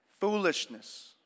Foolishness